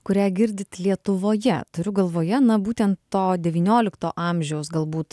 kurią girdit lietuvoje turiu galvoje na būten to devyniolikto amžiaus galbūt